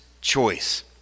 choice